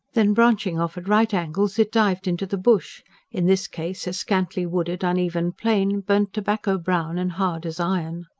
then, branching off at right angles, it dived into the bush in this case a scantly wooded, uneven plain, burnt tobacco-brown and hard as iron.